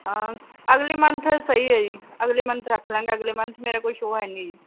ਅਗਲੇ ਮੰਥ ਸਹੀ ਹੈ ਜੀ ਅਗਲੇ ਮੰਥ ਰੱਖ ਲਾਂਗੇ ਅਗਲੇ ਮੰਥ ਮੇਰਾ ਕੋਈ ਸ਼ੋਅ ਹੈ ਨਹੀਂ